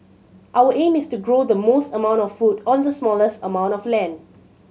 our aim is to grow the most amount of food on the smallest amount of land